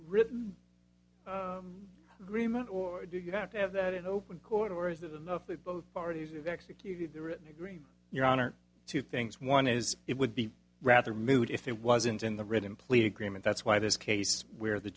written agreement or do you have to have that in open court or is that enough that both parties of executed the written agreement your honor two things one is it would be rather moot if it wasn't in the written plea agreement that's why this case where the